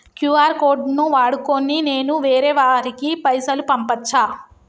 QR code ను వాడుకొని నేను వేరే వారికి పైసలు పంపచ్చా?